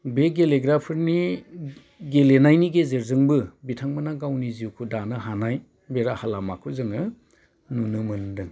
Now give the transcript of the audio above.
बे गेलेग्राफोरनि गेलेनायनि गेजेरजोंबो बिथांमोना गावनि जिउखौ दानो हानाय बे राहा लामाखो जोङो नुनो मोन्दों